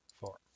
Four